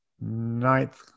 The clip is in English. ninth